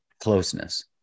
closeness